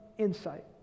insight